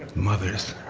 mothers